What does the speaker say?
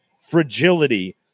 fragility